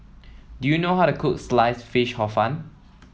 do you know how to cook Sliced Fish Hor Fun